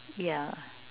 yeah